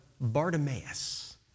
Bartimaeus